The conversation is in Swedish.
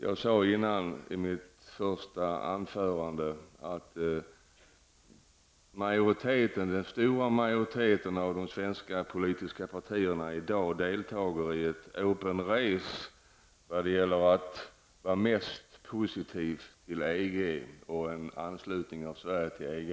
Jag sade i mitt första anförande att den stora majoriteten av de svenska politiska partierna i dag deltar i ett open race när det gäller att vara mest positiv till EG och en anslutning av Sverige till EG.